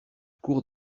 cour